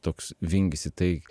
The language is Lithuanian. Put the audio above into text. toks vingis į tai